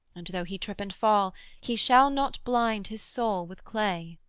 and though he trip and fall he shall not blind his soul with clay